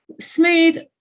Smooth